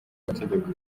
mategeko